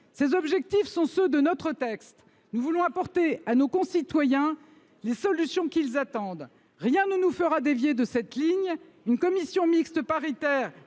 Ces objectifs sont ceux de notre projet de loi. Nous voulons apporter à nos concitoyens les solutions qu’ils attendent. Rien ne nous fera dévier de cette ligne. Une commission mixte paritaire